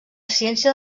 ciència